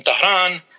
Tehran